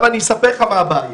אני אספר לך מה הבעיה,